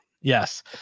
yes